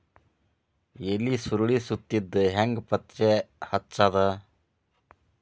ಎಲಿ ಸುರಳಿ ಸುತ್ತಿದ್ ಹೆಂಗ್ ಪತ್ತೆ ಹಚ್ಚದ?